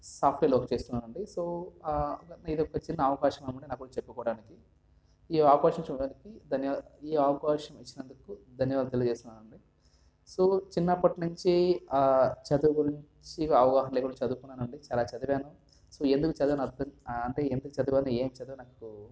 సాఫ్ట్వేర్లో వర్క్ చేస్తున్నానండి సో ఇది చిన్న అవకాశం అండి నా గురించి చెప్పుకోవడానికి ఈ ఆపర్చునిటీ ఇచ్చిన దానికి ధన్యవాదాలు ఈ అవకాశం ఇచ్చినందుకు ధన్యవాదాలు తెలియజేస్తున్నానండి సో చిన్నప్పటినుంచి చదువు గురించి అవగాహన లేకుండా చదువుకున్నానండి చాలా చదివాను ఎందుకు చదివాను అర్థం అంటే ఎందుకు చదివాను ఏం చదివాను నాకు